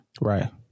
right